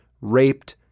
raped